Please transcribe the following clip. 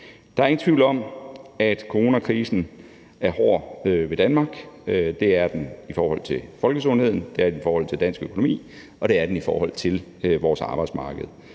Der er ingen tvivl om, at coronakrisen er hård ved Danmark. Det er den i forhold til folkesundheden, det er den i forhold til dansk